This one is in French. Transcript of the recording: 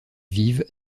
vivent